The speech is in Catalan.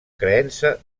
creença